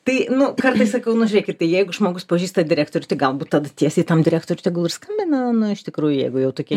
tai nu kartais sakau nu žiūrėkit tai jeigu žmogus pažįsta direktorių galbūt tada tiesiai tam direktoriui tegul ir skambina nu iš tikrųjų jeigu jau tokie